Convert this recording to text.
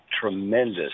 tremendous